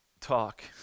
talk